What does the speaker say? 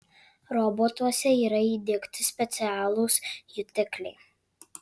robotuose yra įdiegti specialūs jutikliai